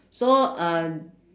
so un~